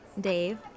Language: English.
Dave